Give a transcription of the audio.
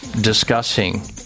discussing